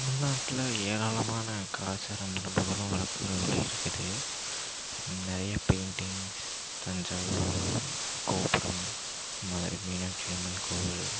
தமிழ்நாட்டில ஏராளமான கலாச்சார மரபுகளும் வழக்கங்களும் இருக்குது நிறைய பெயிண்டிங்ஸ் தஞ்சாவூர் கோபுரம் மதுரை மீனாட்சி அம்மன் கோவில்